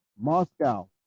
Moscow